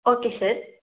okay sir